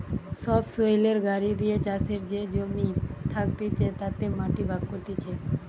সবসৈলের গাড়ি দিয়ে চাষের যে জমি থাকতিছে তাতে মাটি ভাগ করতিছে